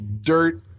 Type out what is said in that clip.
dirt